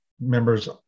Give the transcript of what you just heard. Members